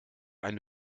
eine